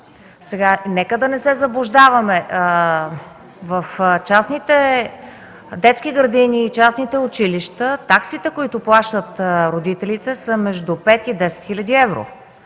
Нека да не се заблуждаваме. В частните детски градини и училища таксите, които плащат родителите, са между 5 и 10 хил. евро.